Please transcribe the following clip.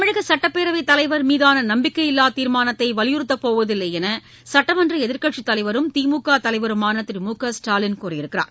தமிழக சட்டப்பேரவைத்தலைவர் மீதான நம்பிக்கையில்லா தீர்மானத்தை வலியுறுத்தப்போவதில்லை என்று சட்டமன்ற எதிர்க்கட்சித்தலைவரும் திமுக தலைவருமான திரு மு க ஸ்டாலின் கூறியிருக்கிறார்